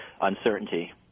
uncertainty